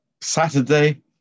Saturday